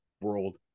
world